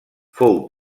fou